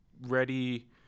ready